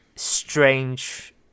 strange